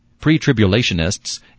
Pre-tribulationists